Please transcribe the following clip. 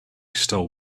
stole